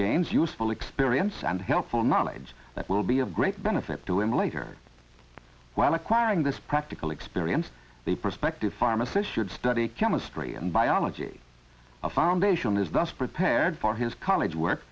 games useful experience and helpful knowledge that will be of great benefit to him later while acquiring this practical experience the prospective pharmacist should study chemistry and biology of foundation is thus prepared for his college work